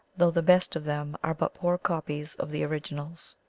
though the best of them are but poor copies of the originals.